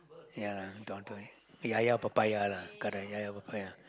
ya don't do this ya ya papaya lah correct ya ya papaya